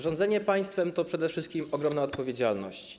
Rządzenie państwem to przede wszystkim ogromna odpowiedzialność.